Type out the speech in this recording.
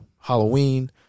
Halloween